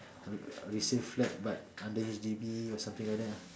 uh resale flat but under H_D_B or something like that lah